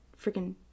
freaking